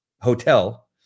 hotel